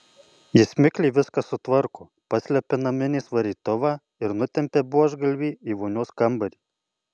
jis mikliai viską sutvarko paslepia naminės varytuvą ir nutempia buožgalvį į vonios kambarį